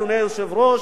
אדוני היושב-ראש,